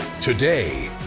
Today